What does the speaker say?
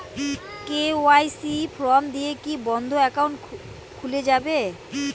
KYC form দিয়ে কি বন্ধ একাউন্ট খুলে যাবে?